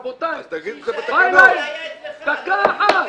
רבותיי --- אם זה היה אצלך --- דקה אחת,